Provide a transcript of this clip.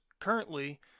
currently